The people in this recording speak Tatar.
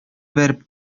бәреп